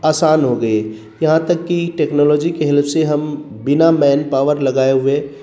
آسان ہو گئی ہے یہاں تک کہ ٹیکنالوجی کے ہلپ سے ہم بنا مین پاور لگائے ہوئے